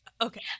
Okay